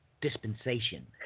Dispensation